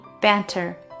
banter